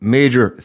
major